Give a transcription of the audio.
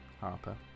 Harper